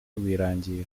rwirangira